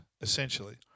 essentially